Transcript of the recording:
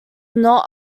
not